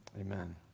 amen